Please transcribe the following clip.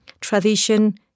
tradition